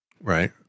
Right